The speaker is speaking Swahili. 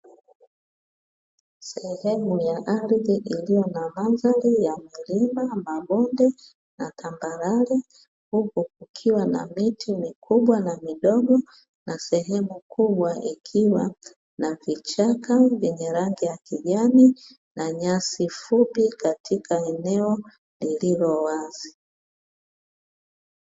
Sehemu ya ardhi iliyo na mandhari ya milima, mabonde na tambarare huku kukiwa na miti mikubwa na midogo, na sehemu kubwa ikiwa na vichaka vyenye rangi ya kijani na nyasi fupi katika eneo lililowazi.